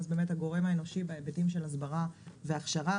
אז באמת הגורם האנושי בהיבטים של הסברה והכשרה.